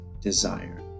desire